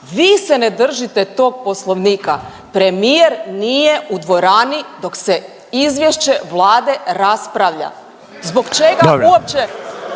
vi se ne držite tog Poslovnika. Premijer nije u dvorani dok se izvješće Vlade raspravlja. Zbog čega uopće